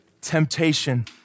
Temptation